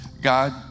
God